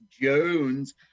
Jones